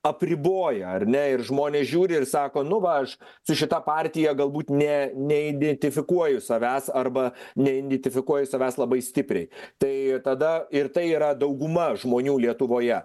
apriboja ar ne ir žmonės žiūri ir sako nu va aš su šita partija galbūt ne neidentifikuoju savęs arba neidentifikuoju savęs labai stipriai tai tada ir tai yra dauguma žmonių lietuvoje